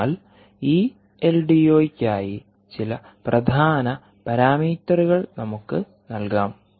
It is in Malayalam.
അതിനാൽ ഈ എൽഡിഒയ്ക്കായി ചില പ്രധാന പാരാമീറ്ററുകൾ നമുക്ക് നൽകാം